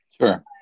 sure